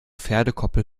pferdekoppel